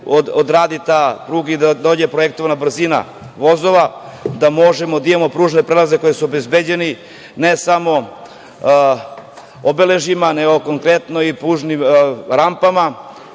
odradi pruga i da dođe projektovana brzina vozova, da možemo da imamo pružne prelaze koji su obezbeđeni ne samo obeležjima nego konkretno pružnim rampama,